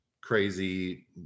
crazy